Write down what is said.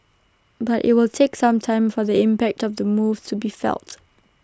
but IT will take some time for the impact of the move to be felt